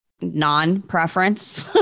non-preference